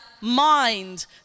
mind